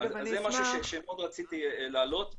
זה משהו שרציתי להעלות.